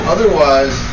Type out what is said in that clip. Otherwise